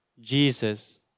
Jesus